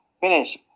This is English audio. finish